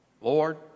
Lord